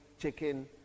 chicken